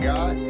God